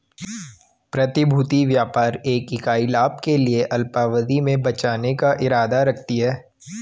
प्रतिभूति व्यापार एक इकाई लाभ के लिए अल्पावधि में बेचने का इरादा रखती है